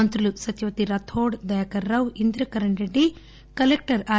మంత్రులు సత్యవతి రాథోడ్దయాకర్ రావుఇంద్రకరణ్ రెడ్డికలెక్టర్ ఆర్